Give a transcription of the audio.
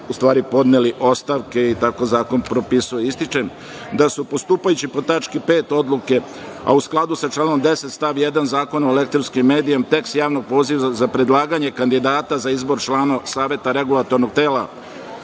u stvari podneli ostavke i tako zakon propisuje. Ističem da su, postupajući po tački 5. Odluke, a u skladu sa članom 10. stav 1. Zakona o elektronskim medijima, tekst javnog poziva za predlaganje kandidata za izbor članova Saveta regulatornog tela